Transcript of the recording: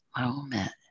moment